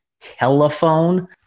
telephone